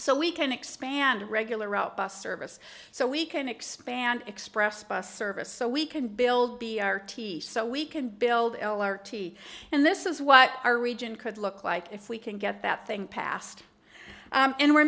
so we can expand regular out bus service so we can expand express bus service so we can build the t v so we can build t v and this is what our region could look like if we can get that thing passed and we're